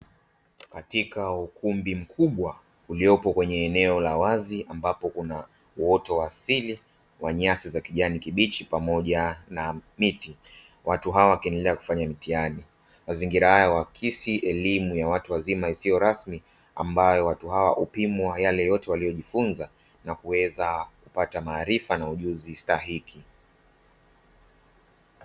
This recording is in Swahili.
Katika ukumbi mkubwa uliopo kwenye eneo la wazi ambako kuna uoto wa asili wa nyasi za kijani kibichi pamoja na miti watu hawa wakiendelea kufanya mtihani, mazingira haya uhakisi elimu ya watu wazima isiyo rasmi, ambayo watu hawa hupimwa yale yote waliojifunza, na kuweza kupata maarifa na ujuzi stahiki.